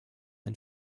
ein